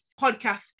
podcast